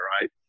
right